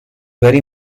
very